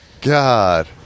God